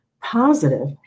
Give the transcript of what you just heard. positive